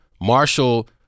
Marshall